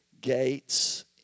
gates